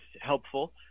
helpful